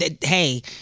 Hey